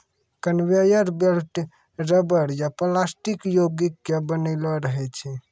conveyor belt rubber या plastic योगिक के बनलो रहै छै